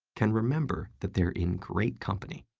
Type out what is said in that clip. can remember that they're in great company.